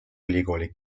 ülikooli